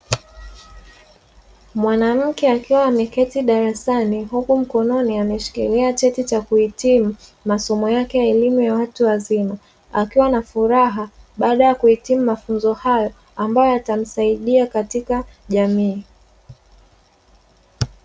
Mwanamke akiwa ameketi darasani huku mkononi ameshikilia cheti cha kuhitimu masomo yake ya elimu ya watu wazima, akiwa na furaha baada ya kuhitimu mafunzo hayo ambayo yatamsaidia katika jamii.